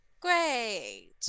Great